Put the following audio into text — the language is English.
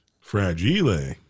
Fragile